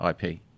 IP